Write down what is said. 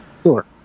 Sure